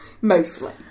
Mostly